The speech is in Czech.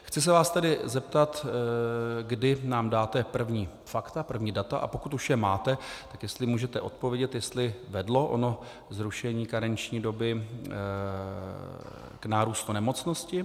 Chci se vás tedy zeptat, kdy nám dáte první fakta, první data, a pokud už je máte, jestli můžete odpovědět, jestli vedlo ono zrušení karenční doby k nárůstu nemocnosti.